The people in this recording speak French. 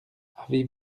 avez